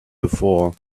before